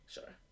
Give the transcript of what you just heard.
Sure